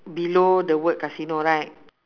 below the word casino right